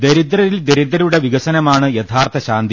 ദരിദ്രരിൽ ദരിദ്രരുടെ വികസനമാണ് യഥാർത്ഥ ശാന്തി